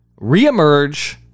reemerge